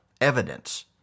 Evidence